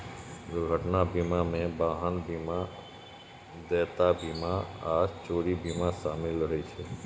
दुर्घटना बीमा मे वाहन बीमा, देयता बीमा आ चोरी बीमा शामिल रहै छै